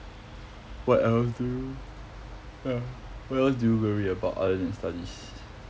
what else do you yeah what else do you worry about other than studies